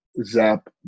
zap